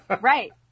Right